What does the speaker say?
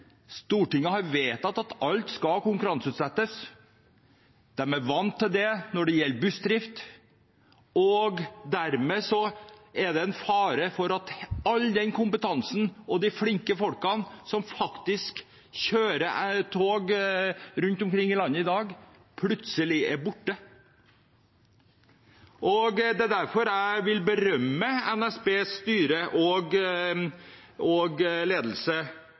Stortinget har vedtatt at alt skal konkurranseutsettes, de er vant til det når det gjelder bussdrift, og dermed er det en fare for at all kompetansen og de flinke folkene som kjører tog rundt omkring i landet i dag, plutselig er borte. Derfor vil jeg berømme NSBs styre og ledelse for en modig, viktig og